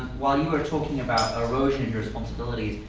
while you were talking about erosion responsibilities,